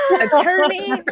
Attorney